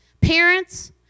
Parents